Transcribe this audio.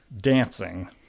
dancing